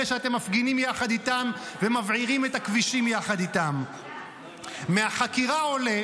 אלה שאתם מפגינים יחד איתם ומבעירים את הכבישים יחד איתם: מהחקירה עולה